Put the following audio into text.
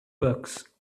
books